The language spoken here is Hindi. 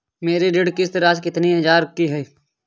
मेरी ऋण किश्त राशि कितनी हजार की है?